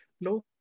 no